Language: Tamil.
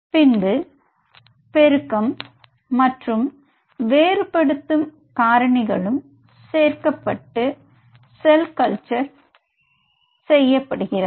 பின்பு பெருக்கம் மற்றும் வேறுபடுத்தும் காரணிகளும் சேர்க்கப்பட்டு செல் கல்ச்சர் செய்யப்படுகிறது